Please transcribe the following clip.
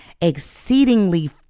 exceedingly